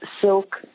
silk